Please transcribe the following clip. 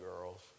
girls